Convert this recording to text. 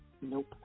Nope